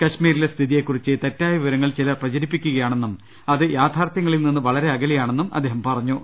കശ്മീരിലെ സ്ഥിതി യെക്കുറിച്ച് തെറ്റായ വിവ രങ്ങൾ ചിലർ പ്രചരിപ്പിക്കുകയാണെന്നും അത് യാഥാർത്ഥ്യങ്ങ ളിൽ നിന്ന് വളരെ അകലെയാണെന്നും അദ്ദേഹം പറഞ്ഞു